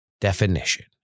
definition